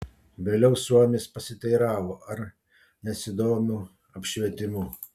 vėliau suomis pasiteiravo ar nesidomiu apšvietimu